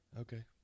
Okay